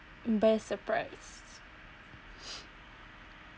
best surprise